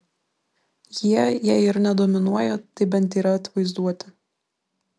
jie jei ir ne dominuoja tai bent yra atvaizduoti